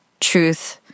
truth